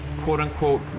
quote-unquote